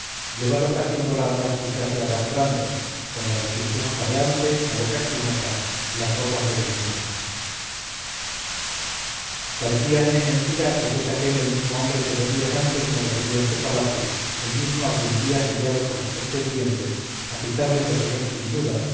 llevado casi en volandas y casi arrastrando con la respiración jadeante la boca espumosa las ropas desgarradas parecíame mentira que fuese aquel el mismo hombre que dos días antes me recibió en su palacio el mismo a quien vi asediado por los pretendientes agitado y receloso sin duda